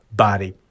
body